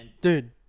Dude